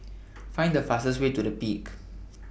Find The fastest Way to The Peak